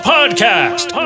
Podcast